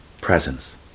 presence